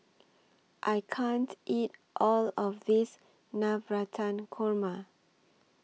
I can't eat All of This Navratan Korma